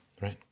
right